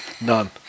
None